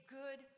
good